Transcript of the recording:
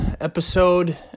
episode